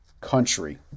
country